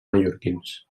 mallorquins